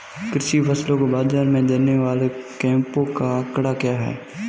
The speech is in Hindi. कृषि फसलों को बाज़ार में देने वाले कैंपों का आंकड़ा क्या है?